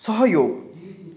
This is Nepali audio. सहयोग